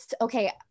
okay